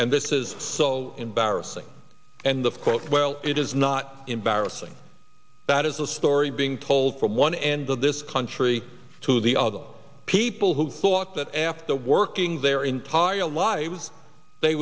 and this is so embarrassing and of course well it is not embarrassing that is the story being told from one end of this country to the other people who thought that after working their entire lives they